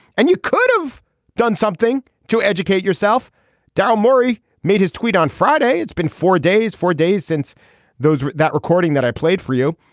and you could have done something to educate yourself down murray made his tweet on friday. it's been four days four days since those that recording that i played for you.